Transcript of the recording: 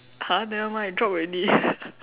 !huh! nevermind drop already